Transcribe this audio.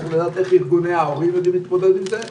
צריך לדעת איך ארגוני ההורים יודעים להתמודד עם זה,